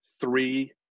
three